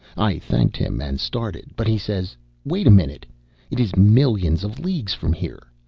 i thanked him and started but he says wait a minute it is millions of leagues from here.